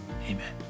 amen